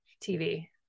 TV